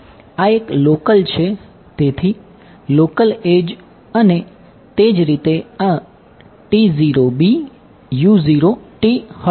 આ એક લોકલ અને તે જ રીતે આ હશે